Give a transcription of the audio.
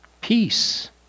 Peace